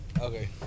Okay